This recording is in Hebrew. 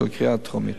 של הקריאה הטרומית.